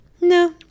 no